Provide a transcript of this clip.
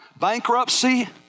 bankruptcy